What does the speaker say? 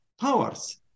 powers